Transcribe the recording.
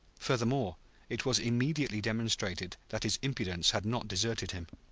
furthermore it was immediately demonstrated that his impudence had not deserted him.